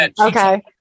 Okay